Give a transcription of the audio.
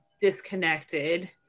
disconnected